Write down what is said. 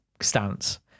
stance